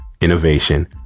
innovation